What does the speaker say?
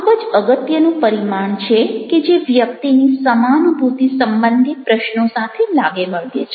આ ખૂબ જ અગત્યનું પરિમાણ છે કે જે વ્યક્તિની સમાનુભૂતિ સંબંધી પ્રશ્નો સાથે લાગે વળગે છે